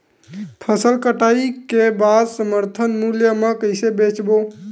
फसल कटाई के बाद समर्थन मूल्य मा कइसे बेचबो?